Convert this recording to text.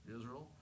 Israel